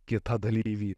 kitą dalyvį